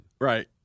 Right